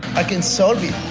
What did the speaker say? i can solve it.